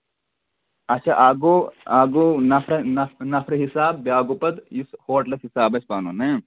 اَچھا اکھ گوٚو اچھا اکھ گوٚو نفر نَفرٕ حِسابہٕ بیاکھ گوٚو پَتہٕ یُس ہوٹلس حِساب آسہِ پَنُن نہ